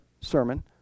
sermon